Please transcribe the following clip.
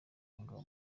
umugabo